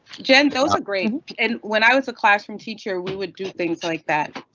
jen those are great and when i was a classroom teacher, we would do things like that.